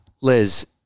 Liz